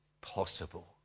possible